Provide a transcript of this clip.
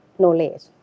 knowledge